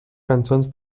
cançons